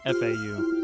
FAU